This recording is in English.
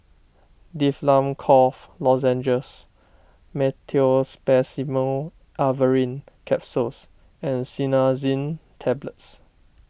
Difflam Cough Lozenges Meteospasmyl Alverine Capsules and Cinnarizine Tablets